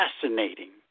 fascinating